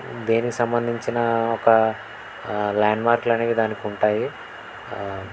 దేనికి సంబంధించిన ఒక ల్యాండ్మార్క్లనేవి దానికి ఉంటాయి